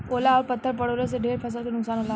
ओला अउर पत्थर पड़लो से ढेर फसल के नुकसान होला